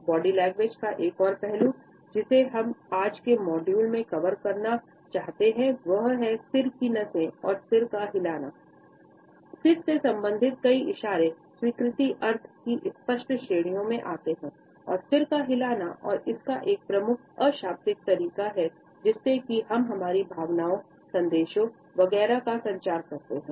body language का एक और पहलू जिसे मैं आज के मॉड्यूल में कवर करना चाहता हूं वह है सिर से संबंधित कई इशारे स्वीकृत अर्थ की स्पष्ट श्रेणियों में आते हैं और सिर का हिलना और इसका एक प्रमुख अशाब्दिक तरीका है जिससे की हम हमारी भावनाओं संदेशों वगैरह का संचार करते हैं